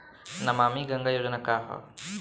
नमामि गंगा योजना का ह?